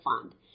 fund